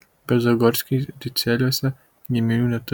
bet zagorskiai ricieliuose giminių neturi